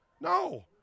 No